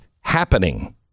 happening